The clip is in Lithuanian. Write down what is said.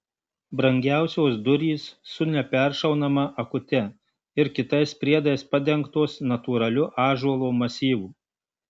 brangiausios durys su neperšaunama akute ir kitais priedais padengtos natūraliu ąžuolo masyvu